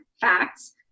facts